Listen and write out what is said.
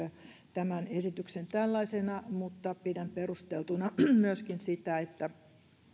tämän esityksen tällaisena mutta pidän perusteltuna myöskin sitä että